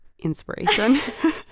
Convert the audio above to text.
inspiration